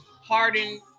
Harden